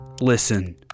Listen